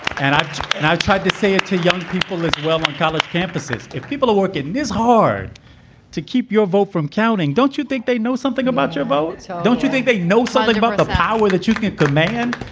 and i and i tried to say it to young people as well on college campuses if people are working this hard to keep your vote from counting, don't you think they know something about your vote? so don't you think they know something about the power that you could command?